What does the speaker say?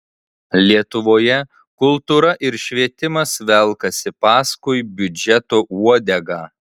lietuvoje kultūra ir švietimas velkasi paskui biudžeto uodegą